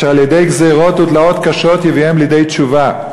אשר על-ידי גזירות ותלאות קשות יביאם לידי תשובה.